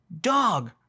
Dog